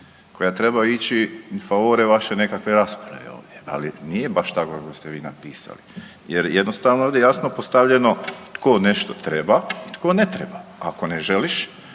koja trebaju ići in favore vaše nekakve rasprave ovdje, ali nije baš tako kako ste vi napisali jer jednostavno ovdje je jasno postavljeno tko nešto treba i tko ne treba. Ako ne želiš,